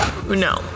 no